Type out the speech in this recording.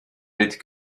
mit